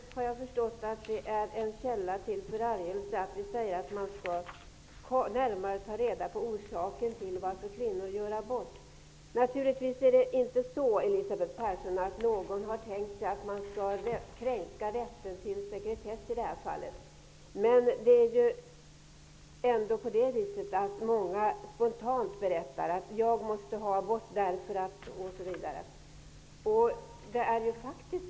Jag har förstått att det är en källa till förargelse när vi säger att man närmare bör ta reda på vad orsaken är till att kvinnor gör abort. Naturligtvis har inte någon, Elisabeth Persson, tänkt sig att kränka rätten till sekretess i det här fallet. Men många kvinnor berättar spontant: ''Jag måste göra abort därför att .